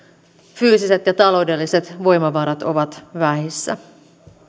fyysiset ja taloudelliset voimavarat ovat vähissä